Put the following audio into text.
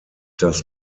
das